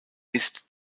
ist